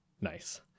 nice